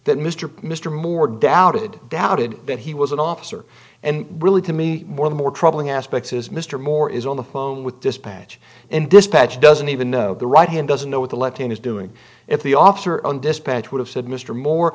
that mr mr moore doubted doubted that he was an officer and really to me more the more troubling aspect says mr moore is on the phone with dispatch and dispatch doesn't even know the right hand doesn't know what the left hand is doing if the officer on dispatch would have said mr moore